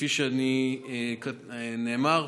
כפי שנאמר,